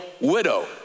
widow